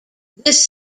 this